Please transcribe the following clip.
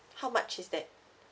how much is that